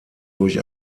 durch